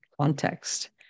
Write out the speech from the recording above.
context